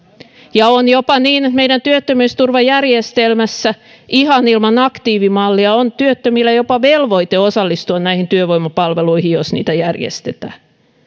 on jopa niin että meidän työttömyysturvajärjestelmässä ihan ilman aktiivimallia on työttömillä jopa velvoite osallistua näihin työvoimapalveluihin jos niitä järjestetään